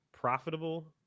profitable